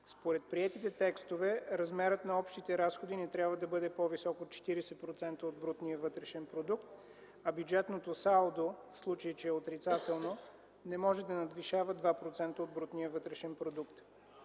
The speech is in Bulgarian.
Според приетите текстове, размерът на общите разходи не трябва да бъде по-висок от 40% от брутния вътрешен продукт, а бюджетното салдо, в случай че е отрицателно, не може да надвишава 2% от брутния вътрешен продукт.